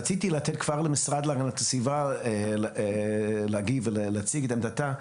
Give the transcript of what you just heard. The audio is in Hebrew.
רציתי לתת למשרד להגנת הסביבה להגיב ולהציג את עמדתם,